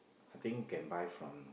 I think can buy from